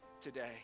today